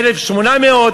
1,800?